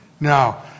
Now